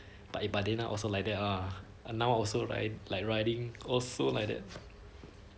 but it but then also like that ah now also right like riding also like that